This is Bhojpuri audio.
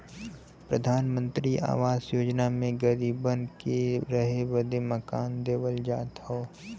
प्रधानमंत्री आवास योजना मे गरीबन के रहे बदे मकान देवल जात हौ